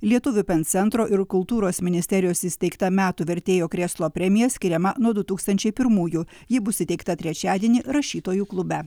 lietuvių pen centro ir kultūros ministerijos įsteigta metų vertėjo krėslo premija skiriama nuo du tūkstančiai pirmųjų ji bus įteikta trečiadienį rašytojų klube